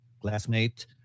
classmate